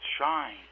shine